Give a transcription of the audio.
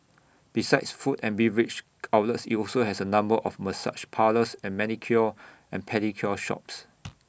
besides food and beverage outlets IT also has A number of massage parlours and manicure and pedicure shops